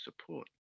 support